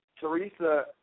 Teresa